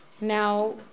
Now